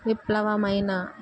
విప్లవమైన